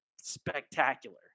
spectacular